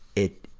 it